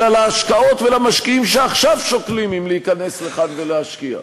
אלא להשקעות ולמשקיעים שעכשיו שוקלים אם להיכנס לכאן ולהשקיע.